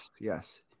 Yes